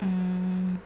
mm